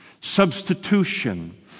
Substitution